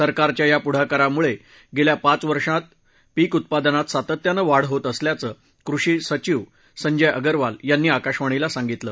सरकारच्या या पुढाकारामुळे गेल्या पाच वर्षात पिक उत्पादनात सातत्यानं वाढ होत असल्याचं कृषी सचीव संजय अगरवाल यांनी आकाशवाणीला सांगितलं